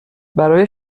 برای